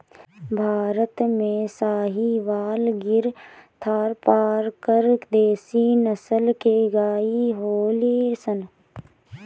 भारत में साहीवाल, गिर, थारपारकर देशी नसल के गाई होलि सन